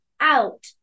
out